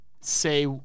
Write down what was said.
say